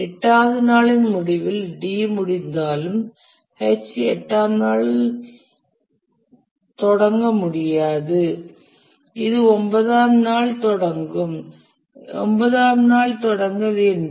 8 வது நாளின் முடிவில் D முடிந்தாலும் H 8 ஆம் நாள் தொடங்க முடியாது இது 9 ஆம் நாள் தொடங்கும் 9 ஆம் நாள் தொடங்க வேண்டும்